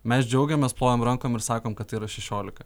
mes džiaugiamės plojom rankom ir sakom kad tai yra šešiolika